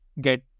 get